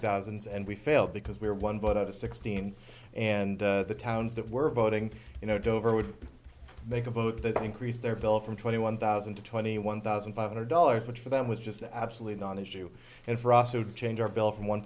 thousand and we failed because we're one vote out of sixteen and the towns that were voting you know it over would make a book that increased their bill from twenty one thousand to twenty one thousand five hundred dollars which for them was just absolutely non issue and for us to change our bill from one